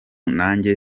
nanjye